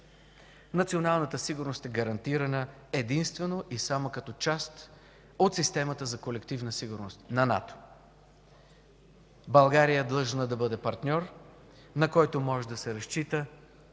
Националната сигурност е гарантирана единствено и само като част от системата за колективна сигурност на НАТО. България е длъжна да бъде партньор, на който може да се разчита,